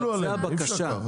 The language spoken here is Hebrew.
תקלו עליהם אי אפשר ככה,